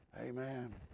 Amen